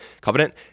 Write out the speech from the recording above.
Covenant